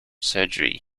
surgery